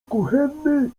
kuchenny